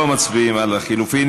אוקיי.